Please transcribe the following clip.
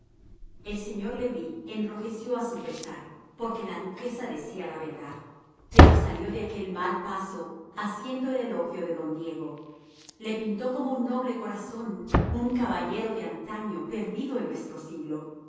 el señor le bris enrojeció a su pesar porque la duquesa decía la verdad pero salió de aquel mal paso haciendo el elogio de don diego le pintó como un noble corazón un caballero de antaño perdido en nuestro siglo